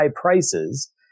prices